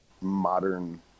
modern